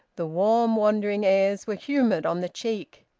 the warm wandering airs were humid on the cheek.